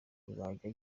yazajya